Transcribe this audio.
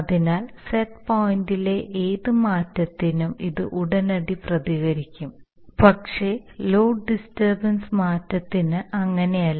അതിനാൽ സെറ്റ് പോയിന്റിലെ ഏത് മാറ്റത്തിനും ഇത് ഉടനടി പ്രതികരിക്കും പക്ഷേ ലോഡ് ഡിസ്റ്റർബൻസ് മാറ്റത്തിന് അങ്ങനെയല്ല